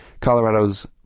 Colorado's